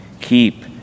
Keep